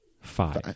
five